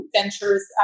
ventures